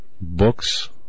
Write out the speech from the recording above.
Books